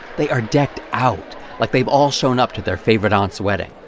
they are decked out, like they've all shown up to their favorite aunt's wedding.